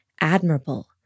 admirable